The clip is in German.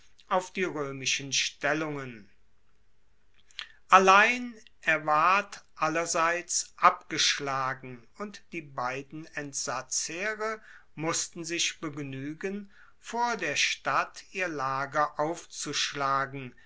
auf die roemischen stellungen allein er ward allerseits abgeschlagen und die beiden entsatzheere mussten sich begnuegen vor der stadt ihr lager aufzuschlagen